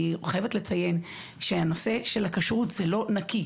אני חייבת לציין שהנושא של הכשרות זה לא נקי.